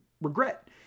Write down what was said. regret